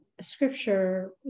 scripture